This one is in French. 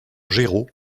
géraud